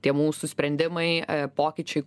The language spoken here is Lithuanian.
tie mūsų sprendimai pokyčiai